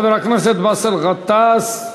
חבר הכנסת באסל גטאס,